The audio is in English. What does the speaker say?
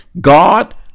God